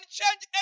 change